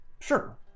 sure